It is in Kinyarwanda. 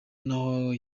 naho